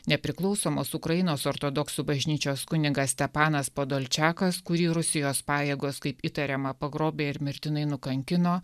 nepriklausomos ukrainos ortodoksų bažnyčios kunigas stepanas podolčekas kurį rusijos pajėgos kaip įtariama pagrobė ir mirtinai nukankino